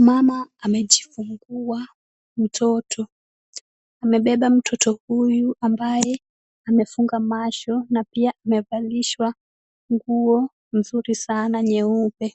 Mama amejifungua mtoto. Amebeba mtoto huyu ambaye amefunga macho na pia amevalishwa nguo mzuri sana nyeupe.